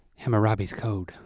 hammurabi's code.